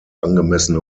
angemessene